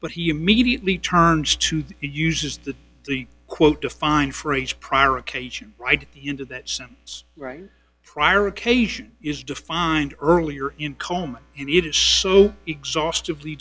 but he immediately turns to the uses that the quote defined phrase prior occasion right into that some right prior occasion is defined earlier in comb it is so exhaustive